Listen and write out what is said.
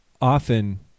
often